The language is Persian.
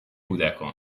کودکان